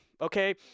okay